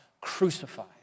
crucified